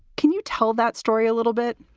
can you tell that story a little bit?